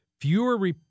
fewer